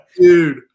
Dude